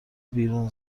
بیرون